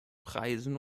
preisen